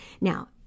Now